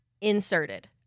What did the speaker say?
inserted